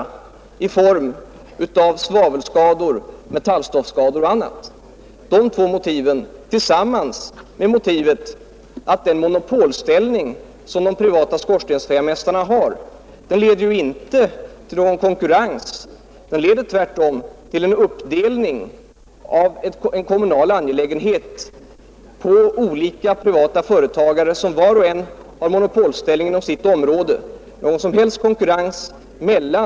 Den monopolställning som de privata skorstensfejarmästarna har leder ju inte till konkurrens utan tvärtom till en uppdelning av en kommunal angelägenhet på olika privata företagare, som var och en har monopolställning inom sitt område. Det förekommer ingen som helst konkurrens mellan mästarna. Detta tillsammans med den orationella driften i många privata sotningsföretag leder till orimligt höga sotningstaxor. De taxorna kan också pressas vid en kommunalisering. Herr talman! Med hänsyn till utskottets positiva skrivning när det gäller vår motion har jag ingen anledning att här ställa något annat yrkande än om bifall till utskottets hemställan.